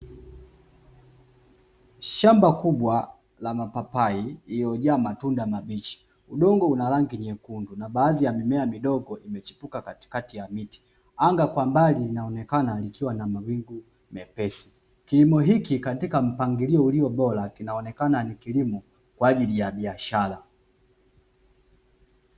Shamba kubwa la mapapai lililojaa matunda mabichi. Udongo una rangi nyekundu na baadhi ya miche imechepuka katikati ya miti. Anga kwa mbali linaonekana likiwa na mawingu mepesi. Kilimo hiki atika mpangilio uliobora kinaonekana ni kilimo kwa ajili ya biashara.